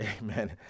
Amen